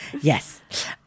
yes